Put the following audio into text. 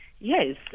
Yes